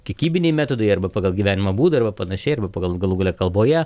kiekybiniai metodai arba pagal gyvenimo būdą arba panašiai arba pagal galų gale kalboje